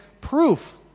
proof